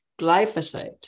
glyphosate